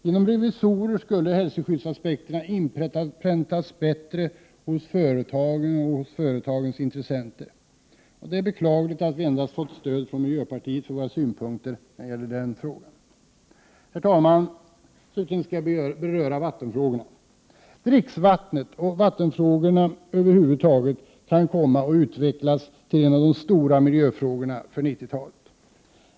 Genom revisorer skulle hälsoskyddsaspekterna inpräntas bättre hos företagens intressenter. Det är beklagligt att vi endast fått stöd från miljöpartiet för våra synpunkter i denna fråga. Herr talman! Jag skall slutligen beröra vattenfrågorna. Dricksvattnet och vattenfrågorna över huvud taget kan komma att utvecklas till en av de stora miljöfrågorna på 90-talet.